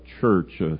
church